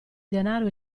denaro